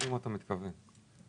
עוד משהו.